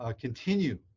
continue